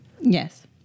Yes